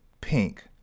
pink